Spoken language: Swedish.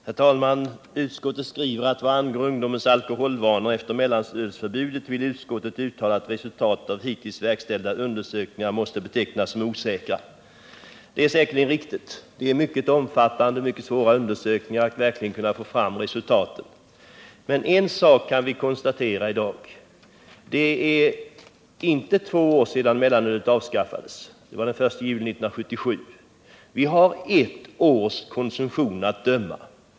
Herr talman! Utskottet skriver vad angår ungdomens alkoholvanor efter mellanölsförbudet att ”resultaten av hittills verkställda undersökningar måste betecknas som osäkra”. Det är säkerligen riktigt. Det krävs mycket omfattande och svåra undersökningar för att verkligen få fram resultaten, men en sak kan vi konstatera redan i dag. Det är inte två år sedan mellanölet avskaffades — det var den 1 juli 1977. Vi har ett års erfarenheter att döma efter.